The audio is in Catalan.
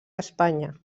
espanya